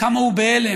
כמה הוא בהלם.